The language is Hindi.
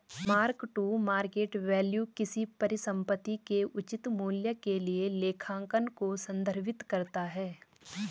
मार्क टू मार्केट वैल्यू किसी परिसंपत्ति के उचित मूल्य के लिए लेखांकन को संदर्भित करता है